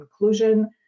inclusion